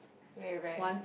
very rare